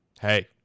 Hey